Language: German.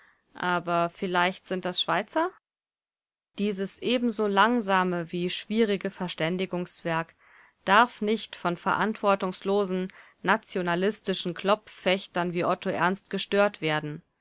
aber vielleicht sind das schweizer dieses ebenso langsame wie schwierige verständigungswerk darf nicht von verantwortungslosen nationalistischen klopffechtern wie otto ernst gestört werden